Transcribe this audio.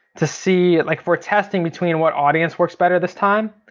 to see like if we're testing between what audience works better this time,